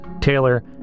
Taylor